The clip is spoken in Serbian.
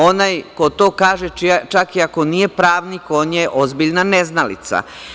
Onaj ko to kaže, čak i ako nije pravnik, on je ozbiljna neznalica.